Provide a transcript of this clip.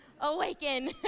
awaken